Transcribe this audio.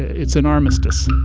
it's an armistice